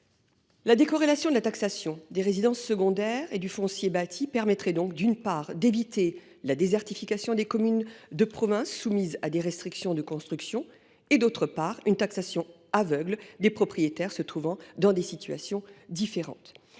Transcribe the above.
La décorrélation de la taxation des résidences secondaires et du foncier bâti permettrait, d’une part, d’éviter la désertification des communes de province soumises à des restrictions de construction et, d’autre part, une taxation aveugle des propriétaires se trouvant dans des situations différentes.